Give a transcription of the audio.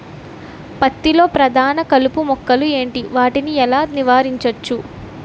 పత్తి లో ప్రధాన కలుపు మొక్కలు ఎంటి? వాటిని ఎలా నీవారించచ్చు?